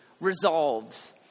resolves